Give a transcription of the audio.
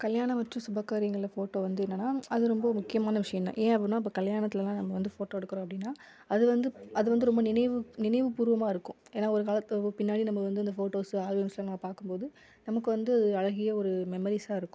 கல்யாணம் மற்றும் சுப காரியங்களில் ஃபோட்டோ வந்து என்னென்னா அது ரொம்ப முக்கியமான விஷயம் தான் ஏன் அப்படின்னா இப்போ கல்யாணத்திலலாம் நம்ம வந்து ஃபோட்டோ எடுக்கிறோம் அப்படின்னா அது வந்து அது வந்து ரொம்ப நினைவு நினைவுப்பூர்வமாக இருக்கும் ஏன்னா ஒரு காலத்து பின்னாடி நம்ம வந்து இந்த ஃபோட்டோஸு ஆல்பம்ஸ்லாம் நம்ம பார்க்கும்போது நமக்கு வந்து அழகிய ஒரு மெமரிஸாக இருக்கும்